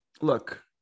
Look